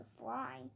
fly